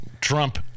Trump